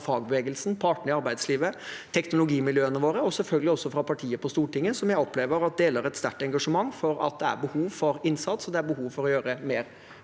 fagbevegelsen, partene i arbeidslivet, teknologimiljøene våre og selvfølgelig også fra partier på Stortinget, som jeg opplever deler et sterkt engasjement for at det er behov for innsats og for å gjøre mer.